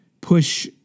push